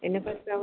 इन खां सवाइ